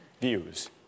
views